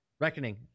Reckoning